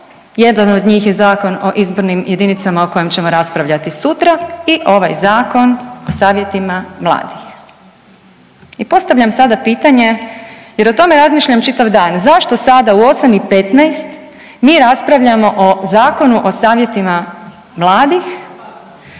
jedan od njih je Zakon o izbornim jedinicama o kojima ćemo raspravljati sutra i ovaj Zakon o savjetima mladih. I postavljam sada pitanje jer o tome razmišljam čitav dan, zašto sada, u 8 i 15 mi raspravljamo o Zakonu o savjetima mladih